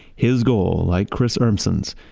his goal, like chris urmson's,